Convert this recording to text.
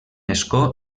escó